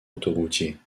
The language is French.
autoroutier